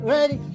Ready